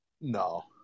No